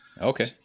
Okay